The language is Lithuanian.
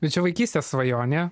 bet čia vaikystės svajonę